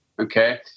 Okay